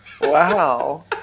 Wow